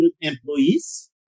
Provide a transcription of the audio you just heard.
employees